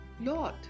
Lord